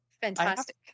fantastic